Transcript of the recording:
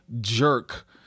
jerk